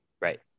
right